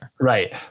Right